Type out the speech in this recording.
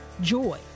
Joy